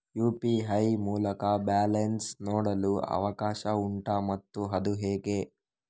UPI ಮೂಲಕ balance ನೋಡಲು ಅವಕಾಶ ಉಂಟಾ ಮತ್ತು ಅದು ಹೇಗೆ?